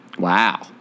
Wow